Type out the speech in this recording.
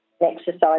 exercise